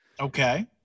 okay